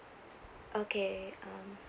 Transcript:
okay um